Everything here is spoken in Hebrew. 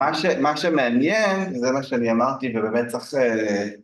מה שמעניין זה מה שאני אמרתי ובאמת צריך...